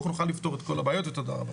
נוכל לפתור את כל הבעיות ותודה רבה.